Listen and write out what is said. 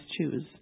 choose